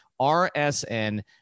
RSN